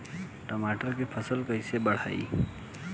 टमाटर के फ़सल कैसे बढ़ाई?